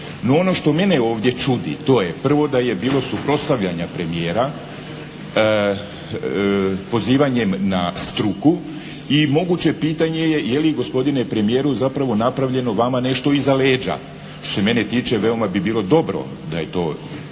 ono što mene ovdje čudi, to je prvo, da je bilo suprotstavljanja premijera pozivanjem na struku. I moguće pitanje je, je li gospodine premijeru zapravo napravljeno vama nešto iza leđa? Što se mene tiče, veoma bi bilo dobro da je to